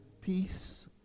peace